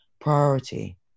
priority